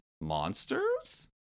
monsters